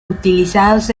utilizados